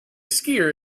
skier